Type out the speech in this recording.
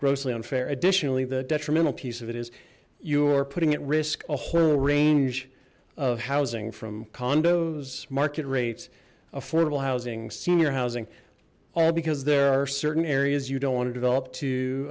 grossly unfair additionally the detrimental piece of it is you are putting at risk a whole range of housing from condos market rates affordable housing senior housing all because there are certain areas you don't want to develop to